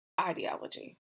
ideology